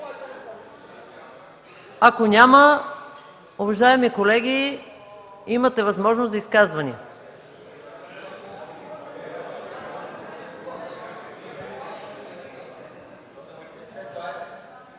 Ако няма, уважаеми колеги, имаме възможност за изказвания.